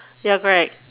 ya correct